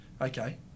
okay